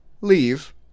leave